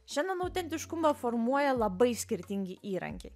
šiandien autentiškumą formuoja labai skirtingi įrankiai